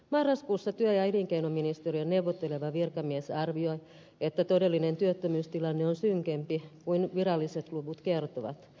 marraskuussa työ ja elinkeinoministeriön neuvotteleva virkamies arvioi että todellinen työttömyystilanne on synkempi kuin viralliset luvut kertovat